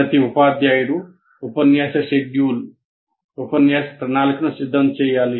ప్రతి ఉపాధ్యాయుడు ఉపన్యాస షెడ్యూల్ ఉపన్యాస ప్రణాళికను సిద్ధం చేయాలి